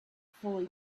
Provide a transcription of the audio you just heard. fully